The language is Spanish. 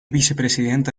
vicepresidenta